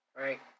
right